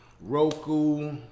Roku